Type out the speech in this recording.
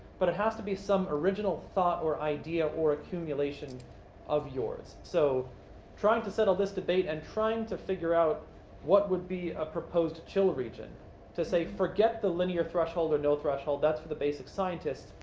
but it has to be some original thought, or idea, or accumulation of yours. so trying to settle this debate and trying to figure out what would be a proposed chill region to say, forget the linear threshold or no threshold. that's for the basic scientists.